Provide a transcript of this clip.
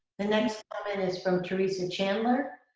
the next comment is from teresa chandler.